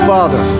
Father